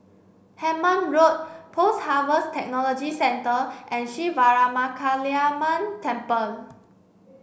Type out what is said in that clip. Hemmant Road Post Harvest Technology Centre and Sri Veeramakaliamman Temple